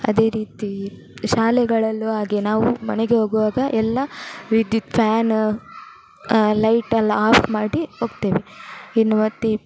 ಅದೇ ರೀತಿ ಶಾಲೆಗಳಲ್ಲೂ ಹಾಗೆ ನಾವು ಮನೆಗೆ ಹೋಗುವಾಗ ಎಲ್ಲ ವಿದ್ಯುತ್ ಫ್ಯಾನ್ ಲೈಟೆಲ್ಲ ಆಫ್ ಮಾಡಿ ಹೋಗ್ತೇವೆ ಇನ್ನು ಒತ್ತಿ